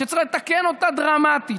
שצריך לתקן אותה דרמטית.